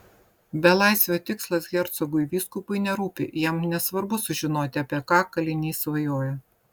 belaisvio tikslas hercogui vyskupui nerūpi jam nesvarbu sužinoti apie ką kalinys svajoja